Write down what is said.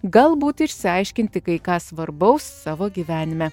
galbūt išsiaiškinti kai ką svarbaus savo gyvenime